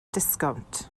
disgownt